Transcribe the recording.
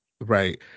right